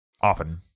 Often